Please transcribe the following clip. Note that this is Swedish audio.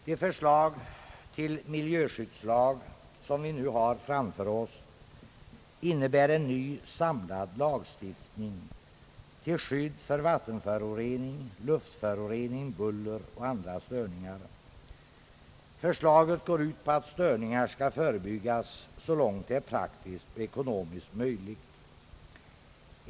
Det förslag till miljöskyddslag som vi nu har framför oss innebär en ny samlad lagstiftning till skydd mot vattenförorening, luftförorening, buller och andra störningar. Förslaget går ut på att störningar skall förebyggas så långt det är praktiskt och ekonomiskt möjligt.